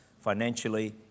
financially